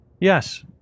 yes